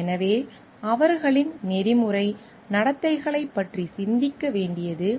எனவே அவர்களின் நெறிமுறை நடத்தைகளைப் பற்றி சிந்திக்க வேண்டியது